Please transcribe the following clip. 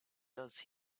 does